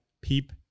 peep